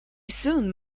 soon